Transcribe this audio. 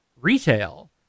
retail